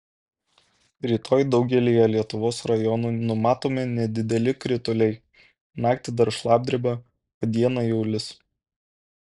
rytoj daugelyje lietuvos rajonų numatomi nedideli krituliai naktį dar šlapdriba o dieną jau lis